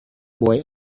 boy